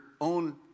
own